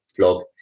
vlog